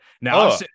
Now